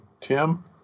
tim